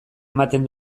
ematen